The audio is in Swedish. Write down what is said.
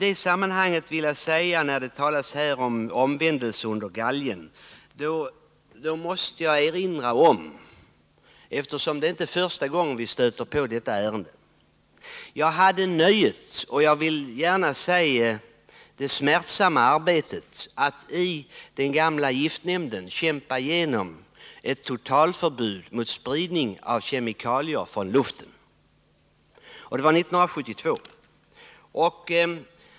Det har talats här om omvändelse under galgen. Eftersom det inte är första gången vi stöter på detta ärende, vill jag erinra om att jag hade nöjet — jag vill gärna säga också det smärtsamma arbetet — att i den gamla giftnämnden kämpa igenom ett totalförbud mot spridning av kemikalier från luften. Det var 1972.